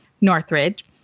Northridge